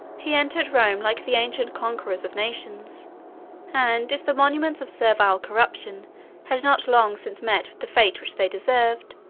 he entered rome like the ancient conquerors of nations and if the monuments of servile corruption had not long since met with the fate which they deserved,